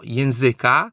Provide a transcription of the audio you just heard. języka